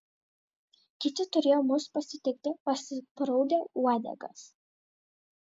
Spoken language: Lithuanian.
kiti turėjo mus pasitikti paspraudę uodegas